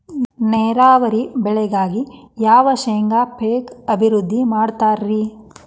ನೇರಾವರಿ ಬೆಳೆಗಾಗಿ ಯಾವ ಶೇಂಗಾ ಪೇಕ್ ಅಭಿವೃದ್ಧಿ ಮಾಡತಾರ ರಿ?